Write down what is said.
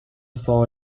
saw